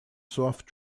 soft